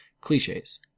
Cliches